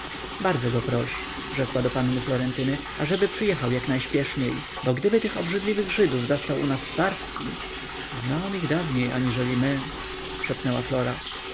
bardzo go proś rzekła do panny florentyny ażeby przyjechał jaknajśpieszniej bo gdyby tych obrzydliwych żydów zastał u nas starski zna on ich dawniej aniżeli my szepnęła flora